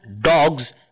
dogs